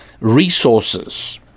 resources